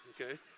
Okay